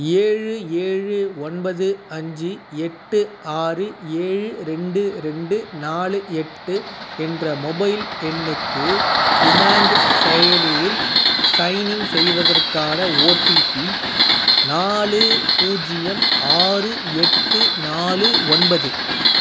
ஏழு ஏழு ஒன்பது அஞ்சு எட்டு ஆறு ஏழு ரெண்டு ரெண்டு நாலு எட்டு என்ற மொபைல் எண்ணுக்கு யுமாங் செயலியில் சைன்இன் செய்வதற்கான ஓடிபி நாலு பூஜ்ஜியம் ஆறு எட்டு நாலு ஒன்பது